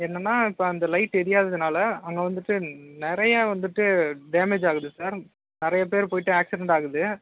என்னென்னா இப்போ அந்த லைட் எரியாததுனால அங்கே வந்துவிட்டு நிறையா வந்துவிட்டு டேமேஜ் ஆகுது சார் நிறைய பேர் போயிவிட்டு ஆக்சிடெண்ட் ஆகுது